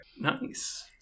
Nice